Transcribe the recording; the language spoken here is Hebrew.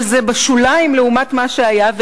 אבל זה בשוליים לעומת מה שהיה.